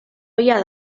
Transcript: ohia